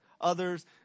others